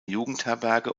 jugendherberge